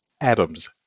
Adam's